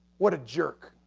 what a jerk.